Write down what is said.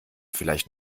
vielleicht